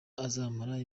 azamara